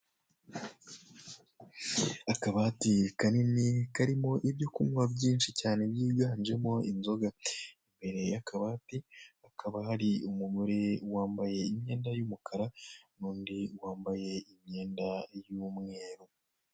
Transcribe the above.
Akabati kanini karimo ibyo kunywa byinshi cyane byiganjemo inzoga, imbere ya kabati hakaba hari umugore wambaye imyenda y'umukara n'undi wambaye imyenda y'umweru.